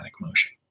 motion